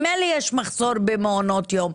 ממילא יש מחסור במעונות יום,